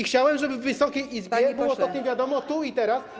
Chciałem, żeby Wysokiej Izbie było o tym wiadomo tu i teraz.